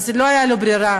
אז לא הייתה לו ברירה.